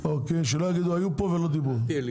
שלא יגידו שהיו פה ולא דיברו.